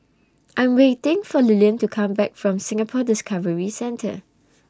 I'm waiting For Lillian to Come Back from Singapore Discovery Centre